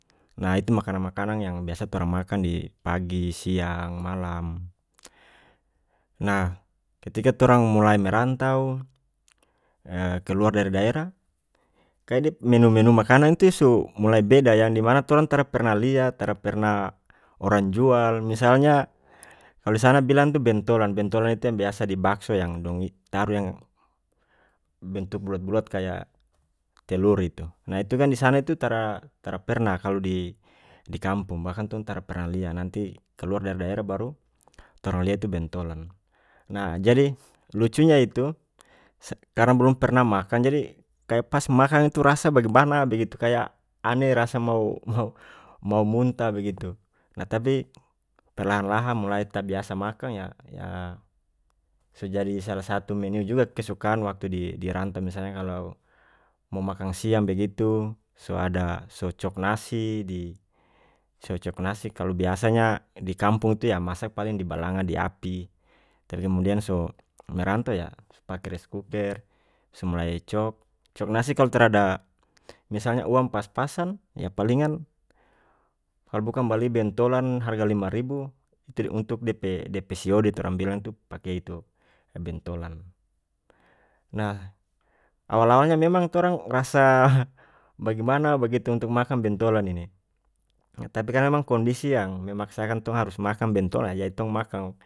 Nah itu makanang makanang yang biasa torang makang di pagi siang malam nah ketika torang mulai merantau keluar dari daerah kaya dia pe menu menu makanang itu so mulai beda yang dimana tong tara pernah lia tara pernah orang jual misalnya kalu disana bilang itu bentolan bentolan itu yang biasa di bakso yang dong it-taruh yang bentuk bulat bulat kaya telur itu nah itu kan disana itu tara-tara pernah kalu di-di kampung bahkan tong tara pernah lia nanti kaluar dari daerah baru torang lia itu bentolan nah jadi lucunya itu karena bolom pernah makang jadi kaya pas makang itu rasa bagimana bagitu kaya aneh rasa mau-mau muntah bagitu nah tapi perlahan lahan mulai tabiasa makang yah-yah so jadi salah satu menu juga kesukaan waktu dirantau misalnya kalau mo makang siang begitu so ada so cok nasi di so cok nasi kalu biasanya di kampung itu yah masak paling di balanga di api tapi kemudian so merantau yah so pake reskuker so mulai cok cok nasi kalu tarada misalnya uang pas pasan yah palingan kalu bukan bali bentolan harga lima ribu itu untuk dia pe-dia pe siode torang bilang itu pake itu bentolan nah awal awalnya memang torang rasa bagimana bagitu untuk makang bentolan ini tapi kan memang kondisi yang memaksakan tong harus makang bentolan jadi tong makang.